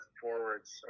Forwards